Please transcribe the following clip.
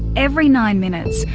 every nine minutes,